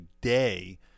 day